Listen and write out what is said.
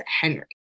Henry